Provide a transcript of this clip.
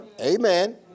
Amen